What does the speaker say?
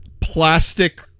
plastic